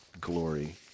glory